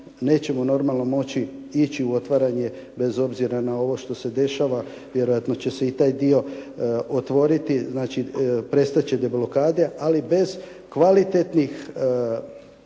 nećemo normalno moći ići u otvaranje, bez obzira na ono što se dešava. Vjerojatno će se i taj dio otvoriti, znači prestat će deblokade, ali bez kvalitetnih